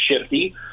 shifty